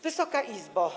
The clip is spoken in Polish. Wysoka Izbo!